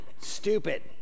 stupid